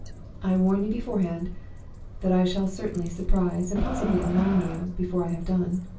i warn you beforehand that i shall certainly surprise, and possibly alarm, you before i have done